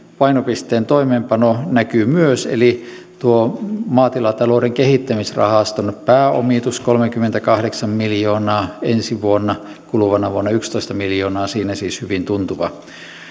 painopisteen toimeenpano näkyy myös eli tuo maatilatalouden kehittämisrahaston pääomitus kolmekymmentäkahdeksan miljoonaa ensi vuonna kuluvana vuonna yksitoista miljoonaa siinä siis hyvin tuntuva